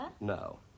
No